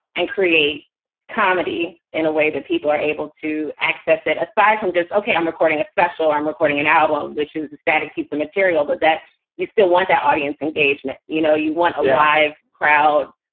and create comedy in a way that people are able to access it. aside from just, ok, i'm recording a special i'm recording an album which is a static piece of material, but that you still want that audience engagement. you know, you want alive crowd.